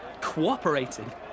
cooperating